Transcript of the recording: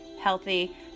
healthy